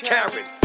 Karen